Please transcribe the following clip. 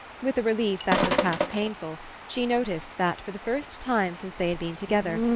with a relief that was half painful she noticed that, for the first time since they had been together,